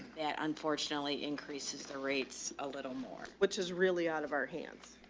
that unfortunately increases the rates a little more, which is really out of our hands.